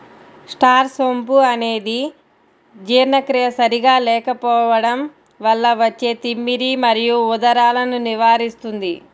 star సోంపు అనేది జీర్ణక్రియ సరిగా లేకపోవడం వల్ల వచ్చే తిమ్మిరి మరియు ఉదరాలను నివారిస్తుంది